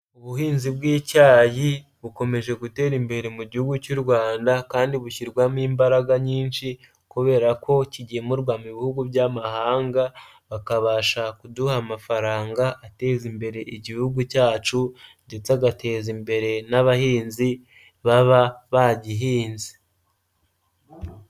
Ubuhinzi bw'icyayi bukomeje gutera imbere mu gihugu cy'u Rwanda kandi bushyirwamo imbaraga nyinshi, kubera ko kigemurwa mu bihugu by'amahanga bakabasha kuduha amafaranga ateza imbere igihugu cyacu ndetse agateza imbere n'abahinzi baba bagihinze.